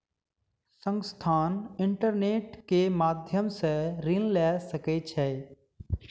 संस्थान, इंटरनेट के माध्यम सॅ ऋण लय सकै छै